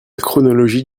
chronologie